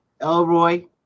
Elroy